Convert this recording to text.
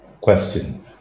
question